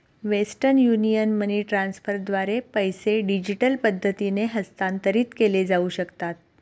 western Union money ट्रान्स्फरद्वारे पैसे digital पद्धतीने हस्तांतरित केले जाऊ शकतात